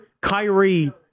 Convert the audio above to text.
Kyrie